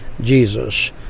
Jesus